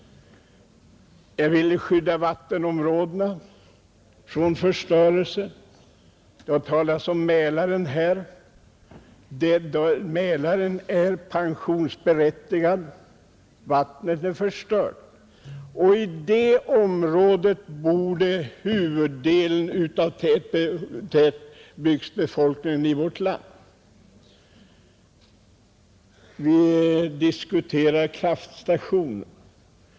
Jag ville också att vattenområdena skulle skyddas från förstörelse. Det har talats om Mälaren här, och Mälaren är nu pensionsmässig och dess vatten är förstört. I Mälarområdet bor ändå huvuddelen av tätbygdsbefolkningen i vårt land. Vi diskuterar nu kraftstationer.